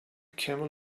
camel